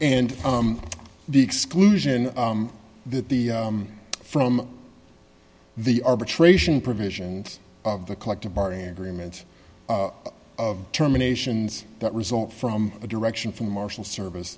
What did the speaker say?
and the exclusion that the from the arbitration provisions of the collective bargaining agreement of terminations that result from a direction from marshal service